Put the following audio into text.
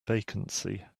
vacancy